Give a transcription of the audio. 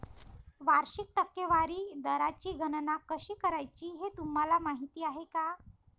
वार्षिक टक्केवारी दराची गणना कशी करायची हे तुम्हाला माहिती आहे का?